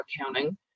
accounting